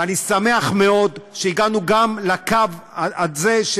ואני שמח מאוד שהגענו גם לקו הזה,